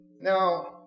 Now